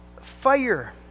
fire